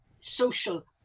social